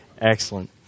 Excellent